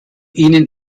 ihnen